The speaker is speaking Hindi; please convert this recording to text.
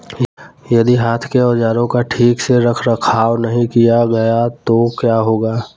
यदि हाथ के औजारों का ठीक से रखरखाव नहीं किया गया तो क्या होगा?